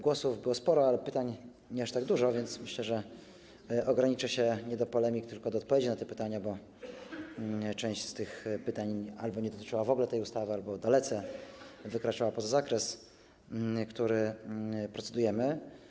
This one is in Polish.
Głosów było sporo, ale pytań nie aż tak dużo, więc myślę, że odniosę się nie do polemik, tylko ograniczę się do odpowiedzi na pytania, bo część z tych pytań albo nie dotyczyła w ogóle tej ustawy, albo dalece wykraczała poza zakres, nad którym procedujemy.